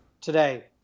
today